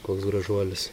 koks gražuolis